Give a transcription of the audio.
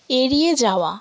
এড়িয়ে যাওয়া